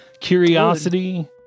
curiosity